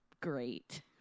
great